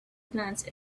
glance